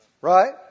Right